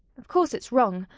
of course it's wrong,